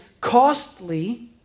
costly